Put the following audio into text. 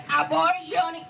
abortion